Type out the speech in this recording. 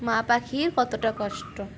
মা পাখির কতটা কষ্ট